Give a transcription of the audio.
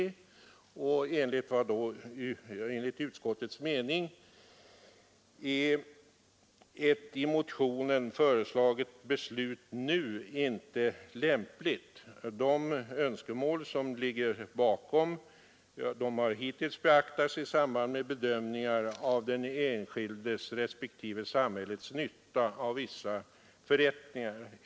Enligt utskottets mening är ett i motionen föreslaget beslut inte lämpligt. De bakomliggande önskemålen har dock även hittills beaktats i samband med bedömningar av den enskildes respektive samhällets nytta av vissa förrättningar.